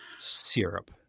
syrup